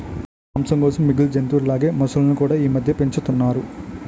మాంసం కోసం మిగిలిన జంతువుల లాగే మొసళ్ళును కూడా ఈమధ్య పెంచుతున్నారు